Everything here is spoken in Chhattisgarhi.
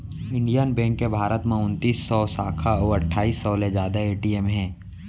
इंडियन बेंक के भारत म उनतीस सव साखा अउ अट्ठाईस सव ले जादा ए.टी.एम हे